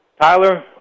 tyler